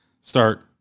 start –